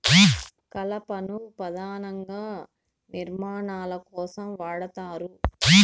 కలపను పధానంగా నిర్మాణాల కోసం వాడతారు